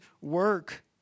work